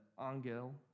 angel